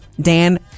Dan